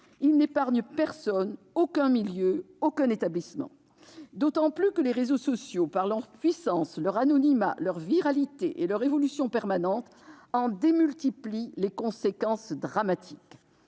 Il n'épargne personne, aucun milieu, aucun établissement, d'autant plus que les réseaux sociaux, par leur puissance, leur anonymat, leur viralité et leur évolution permanente en démultiplient les effets dramatiques.